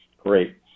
Great